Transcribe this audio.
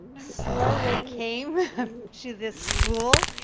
slowly came to this school.